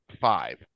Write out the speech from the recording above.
five